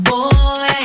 Boy